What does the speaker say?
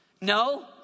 no